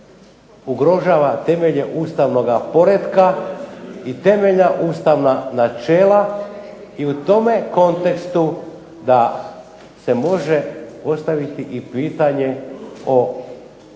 ugrožava temelje ustavnoga poretka i temeljna ustavna načela i u tome kontekstu da se može postaviti i pitanje primjene